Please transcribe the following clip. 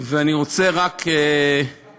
אני רוצה רק לסיום